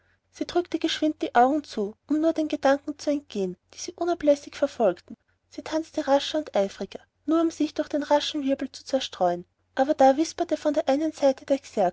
lie sie drückte geschwind die augen zu um nur den gedanken zu entgehen die sie unablässig verfolgten sie tanzte rascher und eifriger nur um sich durch den raschen wirbel zu zerstreuen aber da wisperte von der einen seite der